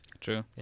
True